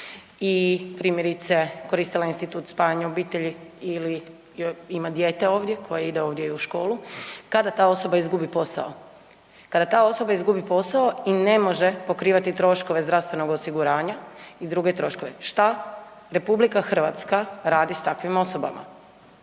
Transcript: i primjerice koristila institut spajanja obitelji ili ima dijete ovdje koje ide ovdje i u školu, kada ta osoba izgubi posao, kada ta osoba izgubi posao i ne može pokrivati troškove zdravstvenog osiguranja i druge troškove, šta RH radi s takvim osobama?